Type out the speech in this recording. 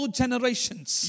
generations